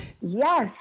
Yes